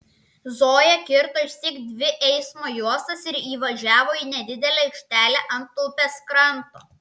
zoja kirto išsyk dvi eismo juostas ir įvažiavo į nedidelę aikštelę ant upės kranto